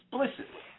explicitly